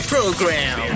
Program